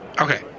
Okay